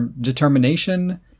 determination